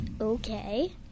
Okay